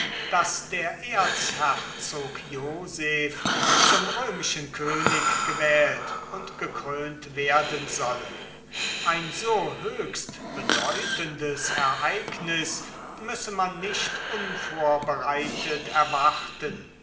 daß der erzherzog joseph zum römischen könig gewählt und gekrönt werden solle ein so höchst bedeutendes ereignis müsse man nicht unvorbereitet erwarten